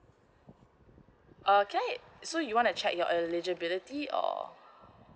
err can I so you want to check your eligibility or